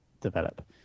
develop